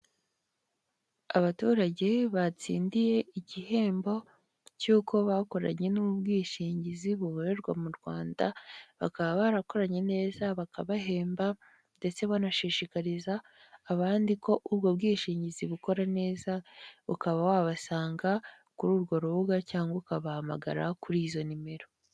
Abaturage batsindiye igihembo cy'uko bakoranye n'ubwishingizi bukorerwa mu Rwanda, bakaba barakoranye neza bakabahemba ndetse banashishikariza abandi ko ubwo bwishingizi bukora neza. Ukaba wabasanga kuri urwo rubuga cyangwa ukabahamagara kuri izo nimero.